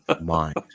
mind